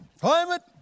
climate